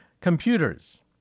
Computers